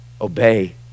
Obey